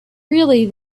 really